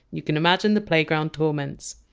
you can imagine the playground torments!